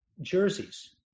jerseys